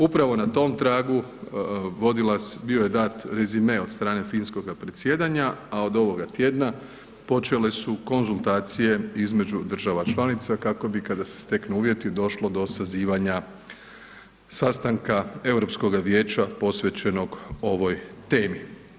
Upravo na tom tragu bio je dat rezime od strane finskoga predsjedanja, a od ovoga tjedna počele su konzultacije između država članica kako bi kada se steknu uvjeti došlo do sazivanja sastanka Europskoga vijeća posvećenog ovoj temi.